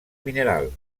mineral